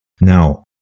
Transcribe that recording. Now